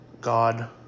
God